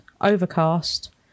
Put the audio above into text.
Overcast